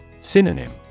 Synonym